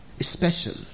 special